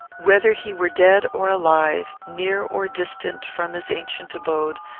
whether he were dead or alive, near or distant from his ancient abode,